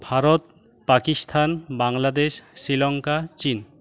ভারত পাকিস্থান বাংলাদেশ শ্রীলঙ্কা চীন